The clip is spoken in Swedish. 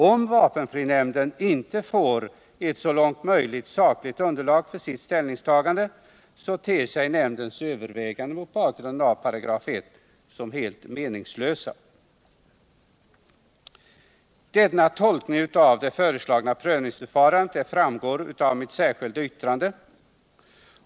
Om vapenfrinämnden inte får ett så långt möjligt sakligt underlag för sitt ställningstagande ter sig nämndens övervägande mot bakgrund av 1 § som helt meningslöst. Denna tolkning av det föreslagna prövningsförfarandet framgår av mitt särskilda yttrande.